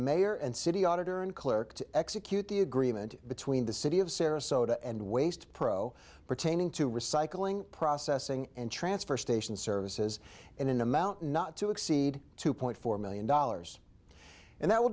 mayor and city auditor and clerk to execute the agreement between the city of sarasota and waste pro pertaining to recycling processing and transfer station services in an amount not to exceed two point four million dollars and that will